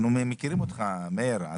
אנחנו מכירים אותך, מאיר.